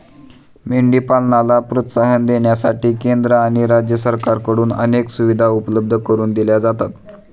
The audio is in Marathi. मेंढी पालनाला प्रोत्साहन देण्यासाठी केंद्र आणि राज्य सरकारकडून अनेक सुविधा उपलब्ध करून दिल्या जातात